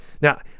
now